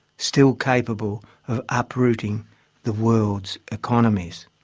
still capable of uprooting the world's economies.